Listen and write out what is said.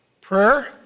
Prayer